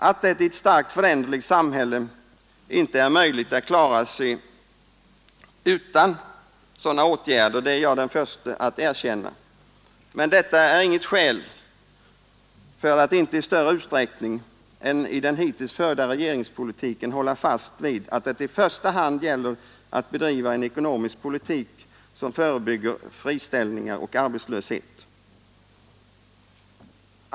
Att det i ett starkt föränderligt samhälle inte är möjligt att klara sig utan sådana åtgärder är jag den förste att erkänna, men detta är inget skäl för att inte i större utsträckning än i den hittills förda regeringspolitiken hålla fast vid att det i första hand gäller att bedriva en ekonomisk politik som förebygger friställningar och arbetslöshet.